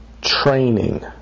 training